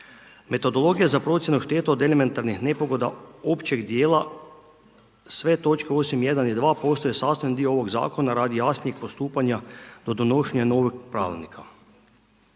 Metodologija za procjenu šteta od elementarnih nepogoda općeg dijela, sve točke osim 1. i 2. postaju sastavni dio ovog Zakona radi jasnijeg postupanja do donošenja novog pravilnika.